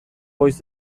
goiz